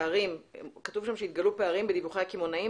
כתוב שם שהתגלו פערים בדיווחי הקמעונאים